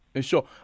Sure